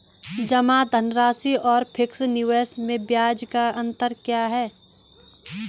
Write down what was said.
जमा धनराशि और फिक्स निवेश में ब्याज का क्या अंतर है?